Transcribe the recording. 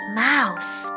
mouse